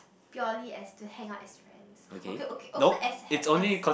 purely as to hang out as friends okay okay also as had as